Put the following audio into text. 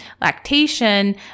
lactation